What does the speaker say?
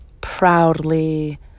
proudly